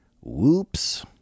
Whoops